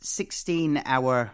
sixteen-hour